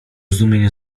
zdumieniu